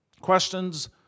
Questions